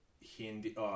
Hindi